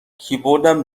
کیبوردم